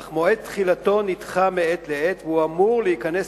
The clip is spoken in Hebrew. אך מועד תחילתו נדחה מעת לעת והוא אמור להיכנס